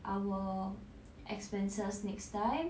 our expenses next time